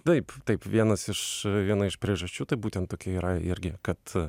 taip taip vienas iš viena iš priežasčių tai būtent tokia yra irgi kad